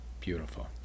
Beautiful